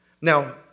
Now